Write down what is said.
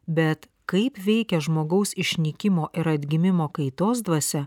bet kaip veikia žmogaus išnykimo ir atgimimo kaitos dvasia